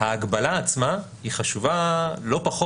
ההגבלה עצמה חשובה לא פחות.